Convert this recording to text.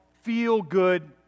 feel-good